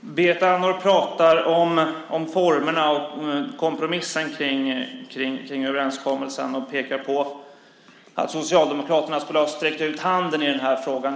Herr talman! Berit Andnor, du pratar om formerna och om kompromissen kring överenskommelsen och pekar på att Socialdemokraterna sträckt ut handen i den här frågan.